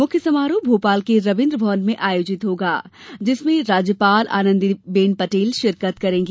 मुख्य समारोह भोपाल के रविंद्र भवन में आयोजित होगा जिसमें राज्यपाल आनंदीबेन पटेल शिरकत करेंगी